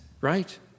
right